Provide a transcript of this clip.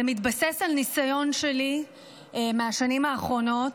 זה מתבסס על ניסיון שלי מהשנים האחרונות.